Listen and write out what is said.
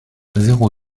zéro